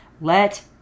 let